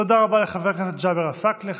תודה רבה לחבר הכנסת ג'אבר עסאקלה.